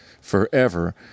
forever